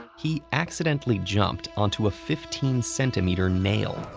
he accidentally jumped onto a fifteen centimeter nail,